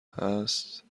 هست